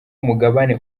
mugabane